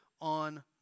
On